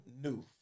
new